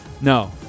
No